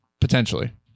potentially